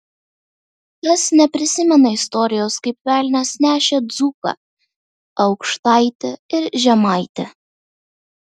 kas neprisimena istorijos kaip velnias nešė dzūką aukštaitį ir žemaitį